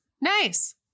nice